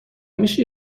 میشه